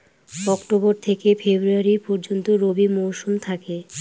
October থেকে February পর্যন্ত রবি মৌসুম থাকে